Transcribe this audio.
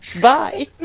bye